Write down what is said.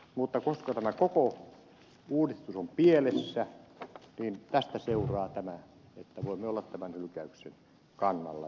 mutta koska tämä koko uudistus on pielessä tästä seuraa että voimme olla tämän hylkäyksen kannalla